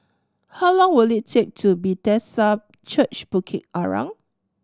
how long will it take to Bethesda Church Bukit Arang